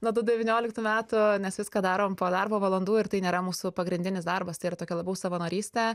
nuo du devynioliktų metų nes viską darom po darbo valandų ir tai nėra mūsų pagrindinis darbas tai yra tokia labiau savanorystę